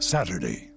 Saturday